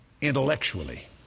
intellectually